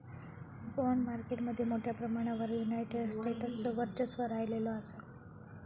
bond market मध्ये मोठ्या प्रमाणावर युनायटेड स्टेट्सचो वर्चस्व राहिलेलो असा